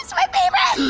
so my favorite!